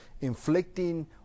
inflicting